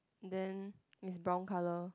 then is brown color